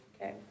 Okay